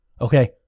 Okay